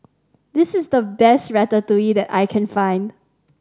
this is the best Ratatouille that I can find